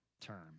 term